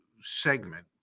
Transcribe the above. segment